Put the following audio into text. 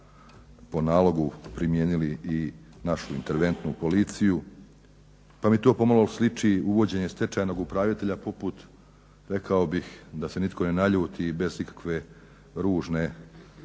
po nalogu primijenili i našu interventnu policiju pa mi to pomalo sliči uvođenje stečajnog upravitelja poput rekao bih da se nitko ne naljuti bez ikakve ružne primisli